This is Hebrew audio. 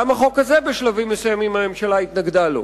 גם לחוק הזה הממשלה התנגדה בשלבים מסוימים.